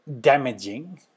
damaging